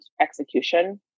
execution